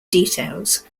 details